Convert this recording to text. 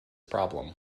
problem